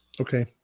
Okay